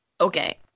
okay